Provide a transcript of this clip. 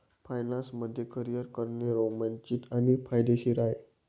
finance मध्ये career करणे रोमांचित आणि फायदेशीर आहे